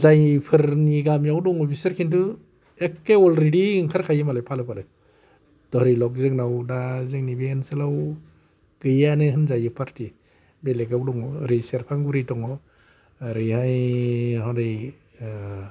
जायफोरनि गामिआव दङ बिसोर खिन्थु एखे अलरेदि ओंखार खायो मालाय फालो फालो धरिलग जोंनाव दा जोंनि बे ओनसोलाव गैयाआनो होनजायो फारथि बेलेगाव दङ ओरै सेरफांगुरिआव दङ ओरै हाय हरै ओह